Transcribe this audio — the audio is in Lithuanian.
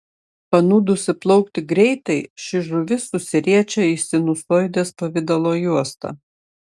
panūdusi plaukti greitai ši žuvis susiriečia į sinusoidės pavidalo juostą